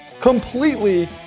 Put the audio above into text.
completely